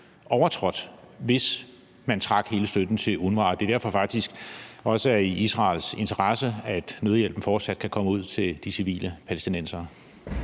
overtrådt, hvis man trak hele støtten til UNRWA, og at det derfor også er i Israels interesse, at nødhjælpen fortsat kan komme ud til de civile palæstinensere.